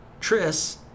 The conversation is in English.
Tris